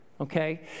okay